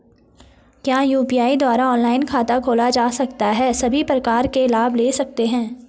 क्या यु.पी.आई द्वारा ऑनलाइन खाता खोला जा सकता है सभी प्रकार के लाभ ले सकते हैं?